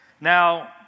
Now